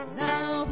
now